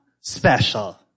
special